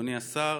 אדוני השר,